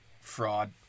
fraud